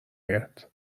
اید